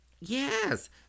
Yes